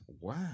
Wow